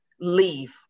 leave